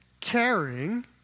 caring